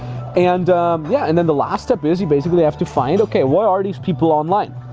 and yeah, and then the last step is you basically have to find okay, where are these people online?